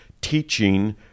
teaching